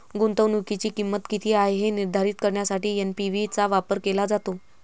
गुंतवणुकीची किंमत किती आहे हे निर्धारित करण्यासाठी एन.पी.वी चा वापर केला जातो